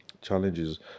challenges